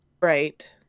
Right